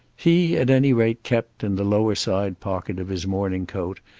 he at any rate kept, in the lower side-pocket of his morning coat,